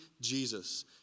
Jesus